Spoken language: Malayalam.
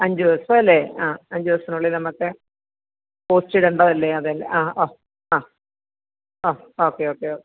അഞ്ച് ദിവസം അല്ലേ ആ അഞ്ച് ദിവസത്തിനുള്ളിൽ നമുക്ക് പോസ്റ്റ് ഇടേണ്ടതല്ലേ അതെല്ലേ ആ ഓ ആ ഓ ഓക്കെ ഓക്കെ ഓ